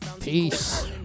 Peace